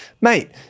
mate